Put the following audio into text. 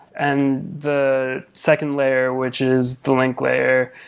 and the second layer, which is the link layer,